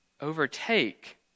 Overtake